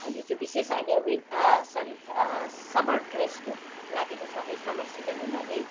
यो चाहिँ विशेष अहिले विन सरी समर ड्रेसको लागेको छ है समर सिजन हुनाले